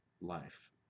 life